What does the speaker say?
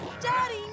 Daddy